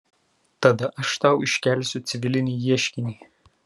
tada aš tau iškelsiu civilinį ieškinį